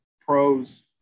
pros